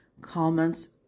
comments